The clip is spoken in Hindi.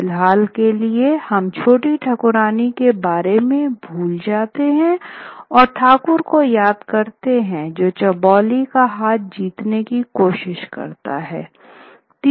फिलहाल के लिए हम छोटी ठकुराइन के बारे में भूल जाते हैं और ठाकुर को याद करते हैं जो चौबोली का हाथ जीतने की कोशिश करता है